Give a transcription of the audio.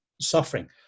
suffering